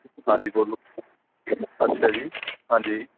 ਹਾਂਜੀ ਬੋਲੋ ਅੱਛਾ ਜੀ ਹਾਂਜੀ